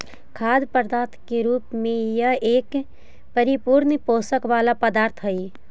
खाद्य पदार्थ के रूप में यह एक परिपूर्ण पोषण वाला पदार्थ हई